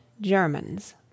Germans